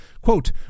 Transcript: Quote